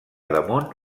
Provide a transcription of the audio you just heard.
damunt